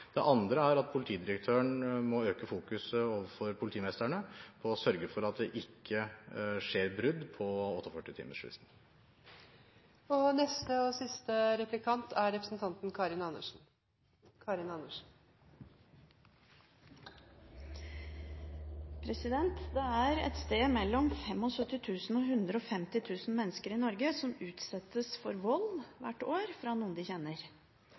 Det andre er at politidirektøren må øke fokuset overfor politimesterne på å sørge for at det ikke skjer brudd på 48-timersfristen. Det er et sted mellom 75 000 og 150 000 mennesker i Norge som hvert år utsettes for vold fra noen de kjenner. Det er et